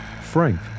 Frank